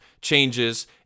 changes